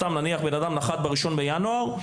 נניח והוא נחת ב-1 בינואר,